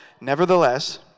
nevertheless